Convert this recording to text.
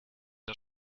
das